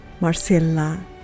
Marcella